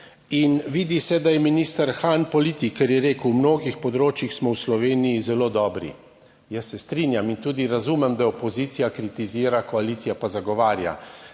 in vidi se, da je minister Han politik, ker je rekel, v mnogih področjih smo v Sloveniji zelo dobri. Jaz se strinjam in tudi razumem, da opozicija kritizira, koalicija pa zagovarja.